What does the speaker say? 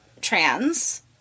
trans